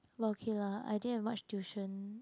but okay lah I didn't have much tuition